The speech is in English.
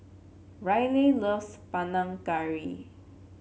Ryleigh loves Panang Curry